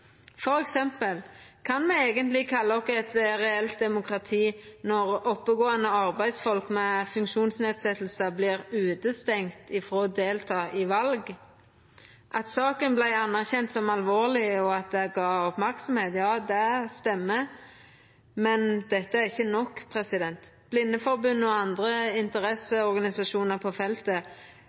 Kan me eigentleg kalla oss eit reelt demokrati når oppegåande arbeidsfolk med funksjonsnedsetjing vert utestengde frå å delta i val? At saka vart anerkjend som alvorleg, og at det gav merksemd – ja, det stemmer, men det er ikkje nok. Blindeforbundet og andre interesseorganisasjonar på feltet